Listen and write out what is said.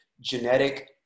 genetic